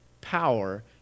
power